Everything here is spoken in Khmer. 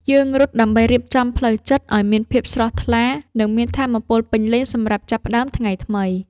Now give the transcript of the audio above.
យើងរត់ដើម្បីរៀបចំផ្លូវចិត្តឱ្យមានភាពស្រស់ថ្លា និងមានថាមពលពេញលេញសម្រាប់ចាប់ផ្ដើមថ្ងៃថ្មី។